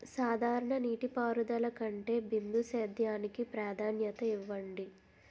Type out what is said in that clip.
సాధారణ నీటిపారుదల కంటే బిందు సేద్యానికి ప్రాధాన్యత ఇవ్వండి